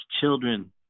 children